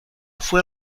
fue